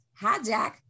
hijack